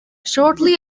shortly